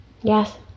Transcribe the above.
yes